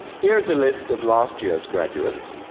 here is a list of last year's graduates,